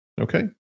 okay